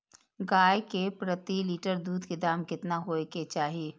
गाय के प्रति लीटर दूध के दाम केतना होय के चाही?